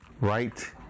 right